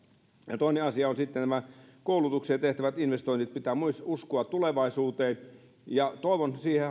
osata toinen asia on sitten nämä koulutukseen tehtävät investoinnit pitää myös uskoa tulevaisuuteen ja toivon